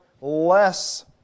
less